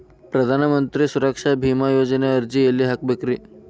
ಪ್ರಧಾನ ಮಂತ್ರಿ ಸುರಕ್ಷಾ ಭೇಮಾ ಯೋಜನೆ ಅರ್ಜಿ ಎಲ್ಲಿ ಹಾಕಬೇಕ್ರಿ?